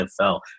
NFL